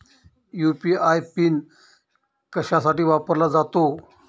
UPI PIN कशासाठी वापरला जातो?